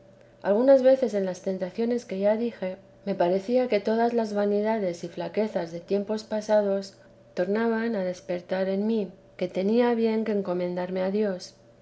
algunas veces en las tentaciones que ya dije me parecía que todas las vanidades y flaquezas de tiempos pasados tornaban a despertar en mí que tenía bien que encomendarme a dios